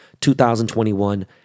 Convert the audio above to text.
2021